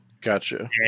Gotcha